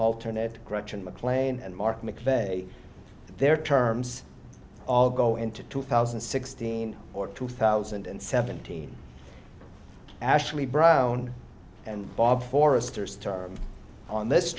alternative to gretchen mclean and mark mcveigh their terms all go into two thousand and sixteen or two thousand and seventeen ashley brown and bob foresters terms on this